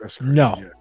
No